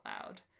loud